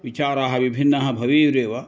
विचाराः विभिन्नाः भवेयुरेव